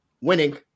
winning